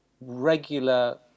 regular